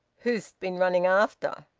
who'st been running after?